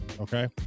okay